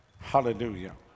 Hallelujah